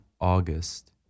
August